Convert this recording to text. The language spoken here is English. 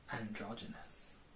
Androgynous